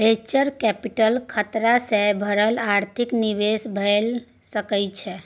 venture capital खतरा सँ भरल आर्थिक निवेश भए सकइ छइ